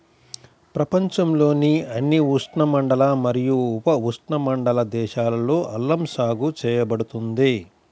ప్రపంచంలోని అన్ని ఉష్ణమండల మరియు ఉపఉష్ణమండల దేశాలలో అల్లం సాగు చేయబడుతుంది